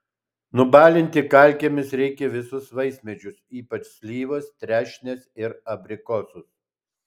nubalinti kalkėmis reikia visus vaismedžius ypač slyvas trešnes ir abrikosus